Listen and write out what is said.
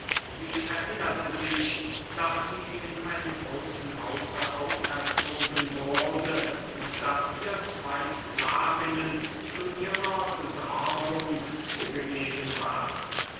sie erinnerte sich daß sie in einem großen hause auferzogen wurde und daß ihr zwey sklavinnen zu ihrer besorgung zugegeben waren